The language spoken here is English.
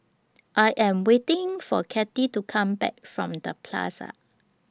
I Am waiting For Cathy to Come Back from The Plaza